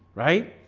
right?